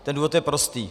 Ten důvod je prostý.